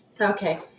Okay